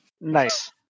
Nice